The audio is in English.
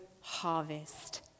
harvest